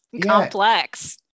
complex